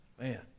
man